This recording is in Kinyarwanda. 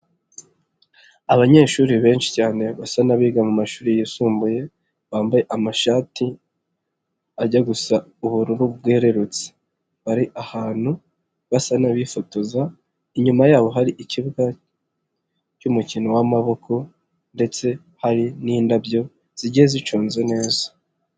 Abanyeshuri benshi cyane basa n'abiga mu mashuri yisumbuye bambaye amashati ajya gusa ubururu bwerurutse, bari ahantu basa n'abifotoza, inyuma yabo hari ikibuga cy'umukino w'amaboko ndetse hari n'indabyo zijye zicunnze neza.